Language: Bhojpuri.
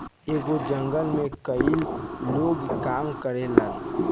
एगो जंगल में कई लोग काम करेलन